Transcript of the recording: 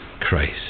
Christ